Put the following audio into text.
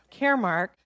Caremark